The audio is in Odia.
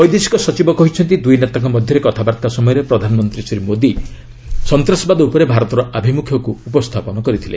ବୈଦେଶିକ ସଚିବ କହିଛନ୍ତି ଦୁଇ ନେତାଙ୍କ ମଧ୍ୟରେ କଥାବାର୍ତ୍ତା ସମୟରେ ପ୍ରଧାନମନ୍ତ୍ରୀ ଶ୍ରୀ ମୋଦି ସନ୍ତାସବାଦ ଉପରେ ଭାରତର ଆଭିମୁଖ୍ୟକୁ ଉପସ୍ଥାପନ କରିଥିଲେ